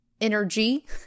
energy